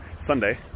Sunday